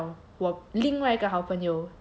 我另外一个好朋友去